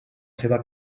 seva